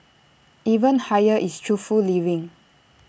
even higher is truthful living